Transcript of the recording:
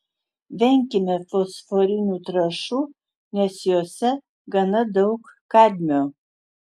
venkime fosforinių trąšų nes jose gana daug kadmio